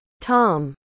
tom